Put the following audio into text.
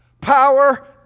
Power